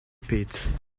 pit